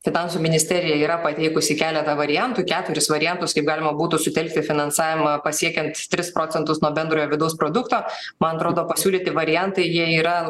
finansų ministerija yra pateikusi keletą variantų keturis variantus kaip galima būtų sutelkti finansavimą pasiekiant tris procentus nuo bendrojo vidaus produkto man atrodo pasiūlyti variantai jie yra